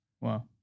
Wow